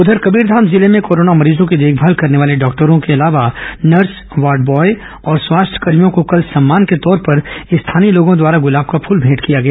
उधर कबीरधाम जिले में कोरोना मरीजों की देखभाल करने वाले डॉक्टरों के अलावा नर्स वार्ड बॉय और स्वास्थ्यकर्मियों को कल सम्मान के तौर पर स्थानीय लोगों द्वारा गुलाब का फूल भेंट किया गया